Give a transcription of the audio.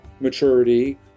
maturity